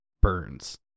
burns